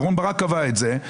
אהרן ברק קבע את זה.